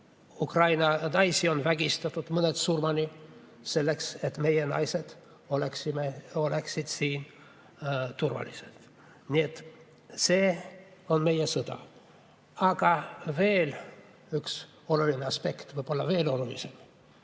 surnud. See [on saanud sündida] selleks, et meie naised oleksid siin turvaliselt. Nii et see on meie sõda. Aga veel üks oluline aspekt, võib-olla veel olulisem